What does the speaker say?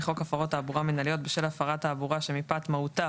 חוק הפרות תעבורה מינהליות בשל הפרת תעבורה שמפאת מהותה,